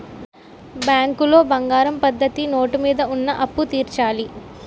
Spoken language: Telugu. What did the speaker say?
బ్యాంకులో బంగారం పద్ధతి నోటు మీద ఉన్న అప్పు తీర్చాలి